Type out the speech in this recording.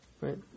right